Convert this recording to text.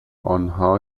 انها